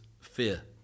fear